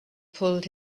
pulled